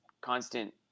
constant